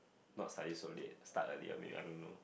not study so late start earlier a bit I don't know